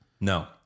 No